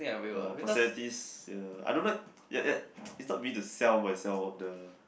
uh personalities ya I don't like ya ya it's not me to sell myself on the